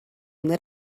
lit